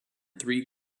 three